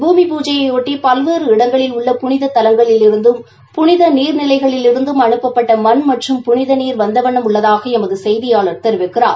பூமி பூஜையையொட்டி பல்வேறு இடங்களில் உள்ள புனித தலங்களிலிருந்தும் புனித நீர் நிலைளிலிருந்தும் அனுப்பப்பட்ட மண் மற்றும் புனித நீர் வந்த வண்ணம் உள்ளதாக எமது செய்தியாளர் தெரிவிக்கிறார்